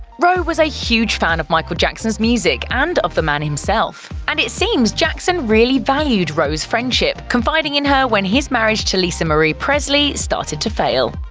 rowe was a huge fan of michael jackson's music and of the man himself. and it seems jackson really valued rowe's friendship, confiding in her when his marriage to lisa marie presley started to fail.